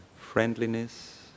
friendliness